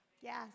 Yes